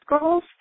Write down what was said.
goals